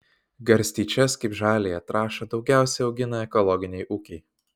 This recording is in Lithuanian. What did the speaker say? garstyčias kaip žaliąją trąšą daugiausiai augina ekologiniai ūkiai